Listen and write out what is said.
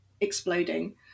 exploding